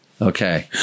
Okay